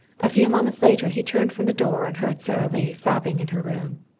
a few moments later he turned from the door and heard sara lee sobbing in her room.